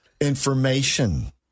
Information